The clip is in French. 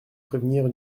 prévenir